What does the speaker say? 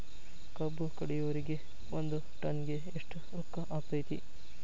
ಕಬ್ಬು ಕಡಿಯುವರಿಗೆ ಒಂದ್ ಟನ್ ಗೆ ಎಷ್ಟ್ ರೊಕ್ಕ ಆಕ್ಕೆತಿ?